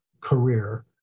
career